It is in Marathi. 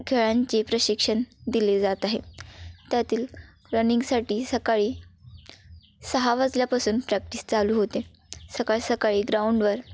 खेळांचे प्रशिक्षण दिले जात आहे त्यातील रनिंगसाठी सकाळी सहा वाजल्यापासून प्रॅक्टिस चालू होते सकाळ सकाळी ग्राउंडवर